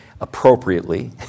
appropriately